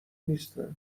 نیستن